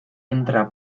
entra